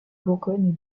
bourgogne